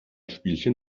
spielchen